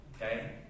Okay